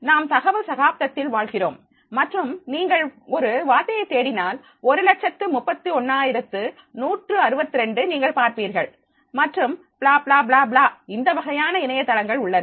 நாம் தகவல் சகாப்தத்தில் வாழ்கிறோம் மற்றும் நீங்கள் ஒரு வார்த்தையை தேடினால் ஒரு லட்சத்து 31 ஆயிரத்து நூற்று 62 நீங்கள் பார்ப்பீர்கள் மற்றும் பிளா பிளா பிளா பிளா இந்த வகையான இணையதளங்கள் உள்ளன